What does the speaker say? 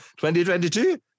2022